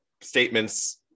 statements